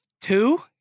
two